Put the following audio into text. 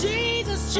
Jesus